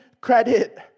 credit